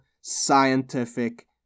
scientific